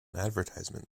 advertisement